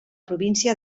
província